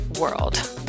world